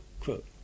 Quote